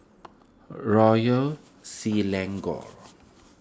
Royal Selangor